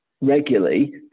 regularly